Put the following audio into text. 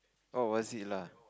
oh was it lah